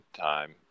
time